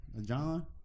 John